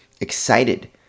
excited